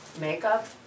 makeup